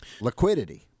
Liquidity